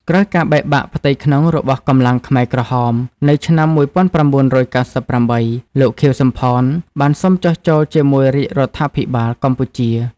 ក្រោយការបែកបាក់ផ្ទៃក្នុងរបស់កម្លាំងខ្មែរក្រហម នៅឆ្នាំ ១៩៩៨ លោក ខៀវ សំផន បានសុំចុះចូលជាមួយរាជរដ្ឋាភិបាលកម្ពុជា។